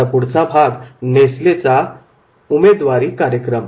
आता पुढचा भाग नेसलेचा उमेदवारी कार्यक्रम